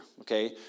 okay